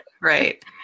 Right